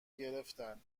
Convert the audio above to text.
گرفتن